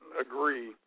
agree